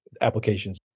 applications